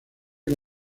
con